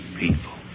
people